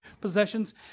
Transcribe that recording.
possessions